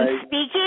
speaking